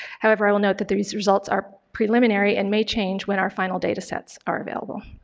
however, i will note that these results are preliminary and may change when our final datasets are available.